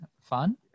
fun